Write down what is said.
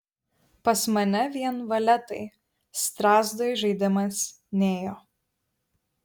pas mane vien valetai strazdui žaidimas nėjo